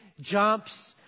jumps